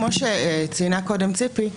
כמו שציינה ציפי מקודם,